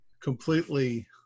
completely